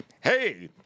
hey